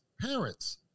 parents